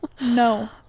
no